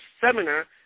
seminar